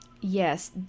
Yes